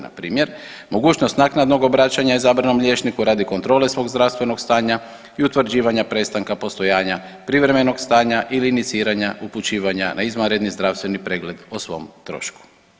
Na primjer mogućnost naknadnog obraćanja izabranom liječniku radi kontrole svog zdravstvenog stanja i utvrđivanja prestanka postojanja privremenog stanja ili iniciranja upućivanja na izvanredni zdravstveni pregled o svom trošku.